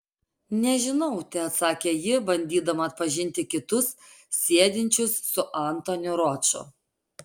nežinau teatsakė ji bandydama atpažinti kitus sėdinčius su antoniu roču